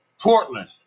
Portland